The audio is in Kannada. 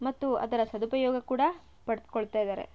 ಮತ್ತು ಅದರ ಸದುಪಯೋಗ ಕೂಡ ಪಡದುಕೊಳ್ತಾ ಇದ್ದಾರೆ